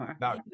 No